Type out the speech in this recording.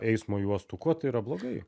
eismo juostų kuo tai yra blogai